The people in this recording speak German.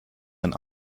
ein